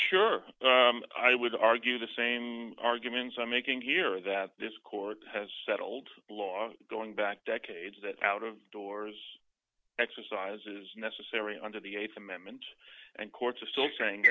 sure i would argue the same arguments are making here that this court has settled laws going back decades that out of doors exercise is necessary under the th amendment and courts are still saying